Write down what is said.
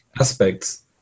aspects